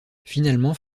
finalement